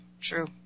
true